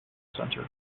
center